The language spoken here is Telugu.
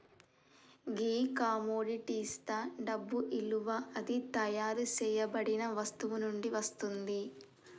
గీ కమొడిటిస్తా డబ్బు ఇలువ అది తయారు సేయబడిన వస్తువు నుండి వస్తుంది